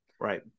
Right